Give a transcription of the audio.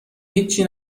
هیچچی